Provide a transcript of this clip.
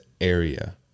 area